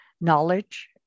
knowledge